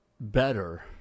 better